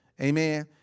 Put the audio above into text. Amen